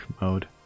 mode